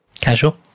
Casual